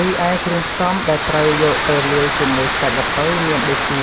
រីឯគ្រឿងផ្សំដែលត្រូវយកទៅលាយជាមួយសាច់ល្ពៅមានដូចជា